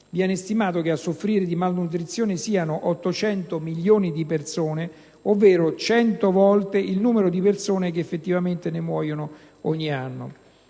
Viene stimato che a soffrire di malnutrizione siano 800 milioni di persone, ovvero 100 volte il numero di persone che effettivamente ne muoiono ogni anno.